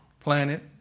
planet